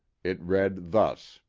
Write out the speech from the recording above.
it read thus